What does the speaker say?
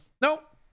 Nope